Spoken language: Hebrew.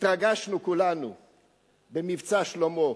התרגשנו כולנו ב"מבצע שלמה",